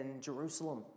Jerusalem